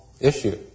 issue